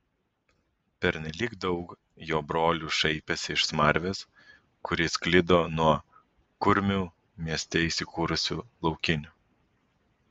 pernelyg daug jo brolių šaipėsi iš smarvės kuri sklido nuo kurmių mieste įsikūrusių laukinių